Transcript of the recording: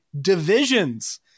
divisions